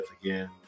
again